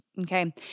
Okay